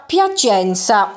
Piacenza